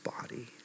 body